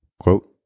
Quote